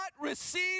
receive